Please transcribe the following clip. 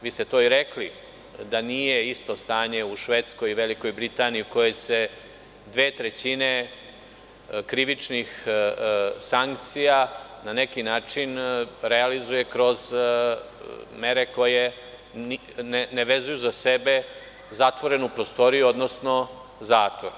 Vi ste to i rekli da nije isto stanje u Švedskoj i Velikoj Britaniji u kojima se dve trećine krivičnih sankcija na neki način realizuju kroz mere koje ne vezuju za sebe zatvorenu prostoriju, odnosno zatvor.